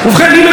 אדוני היושב-ראש,